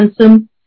handsome